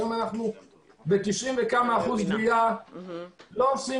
היום אנחנו עומדים על 90% גבייה בלי לעשות